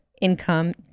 income